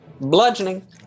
Bludgeoning